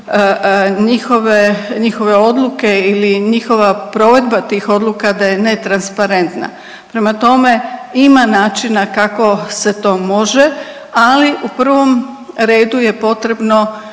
njihove odluke ili njihova provedba tih odluka da je ne transparentna. Prema tome, ima načina kako se to može, ali u prvom redu je potrebno